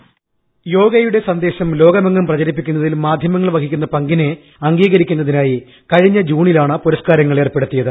voice യോഗയുടെ സന്ദേശം ലോകമെങ്ങും പ്രചരിപ്പിക്കുന്നതിൽ മാധ്യമങ്ങൾ വഹിക്കുന്ന പങ്കിനെ അംഗീകരിക്കുന്നതിനായി കഴിഞ്ഞ ജൂണിലാണ് പുരസ്കാരങ്ങൾ ഏർപ്പെടുത്തിയത്